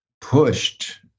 pushed